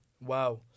Wow